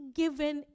given